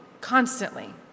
constantly